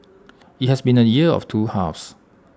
IT has been A year of two halves